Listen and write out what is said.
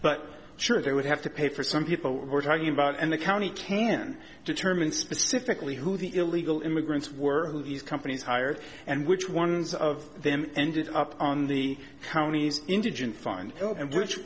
but sure they would have to pay for some people we're talking about and the county can determine specifically who the illegal immigrants were who these companies hired and which ones of them ended up on the county's indigent find and which